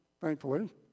thankfully